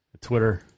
Twitter